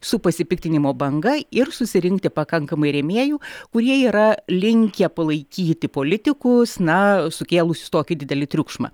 su pasipiktinimo banga ir susirinkti pakankamai rėmėjų kurie yra linkę palaikyti politikus na sukėlusius tokį didelį triukšmą